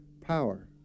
power